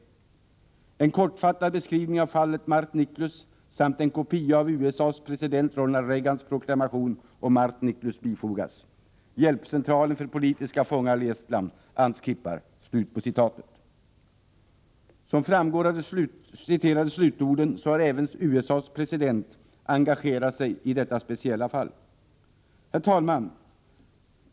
En kortfattad beskrivning av fallet Mart Niklus samt en kopia av USA:s president Ronald Reagans proklamation om Mart Niklus bifogas. Som framgår av de citerade slutorden har även USA:s president engagerat sig i detta speciella fall. Herr talman!